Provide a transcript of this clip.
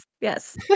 yes